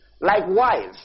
Likewise